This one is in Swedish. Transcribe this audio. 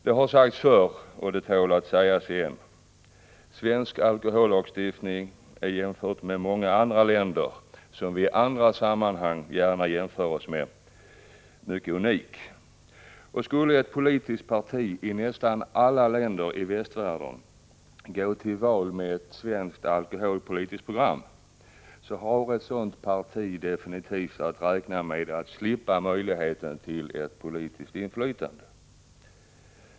Det har sagts förr, och det tål sägas igen, att svensk alkohollagstiftning är unik jämfört med många andra länders som vi i många andra sammanhang gärna jämför oss med. Skulle ett politiskt parti i nästan alla västländer gå till val med ett svenskt alkoholpolitiskt program, skulle ett sådant parti definitivt ha att räkna med att slippa möjligheten till ett politiskt inflytande.